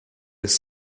this